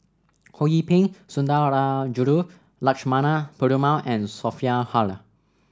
Ho Yee Ping Sundarajulu Lakshmana Perumal and Sophia Hull